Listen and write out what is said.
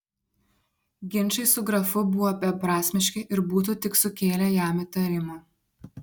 ginčai su grafu buvo beprasmiški ir būtų tik sukėlę jam įtarimą